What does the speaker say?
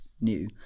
new